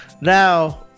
now